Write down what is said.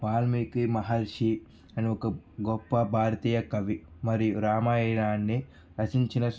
వాల్మీకి మహర్షి అని ఒక గొప్ప భారతీయ కవి మరియు రామాయణాన్ని రచించిన